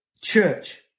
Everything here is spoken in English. church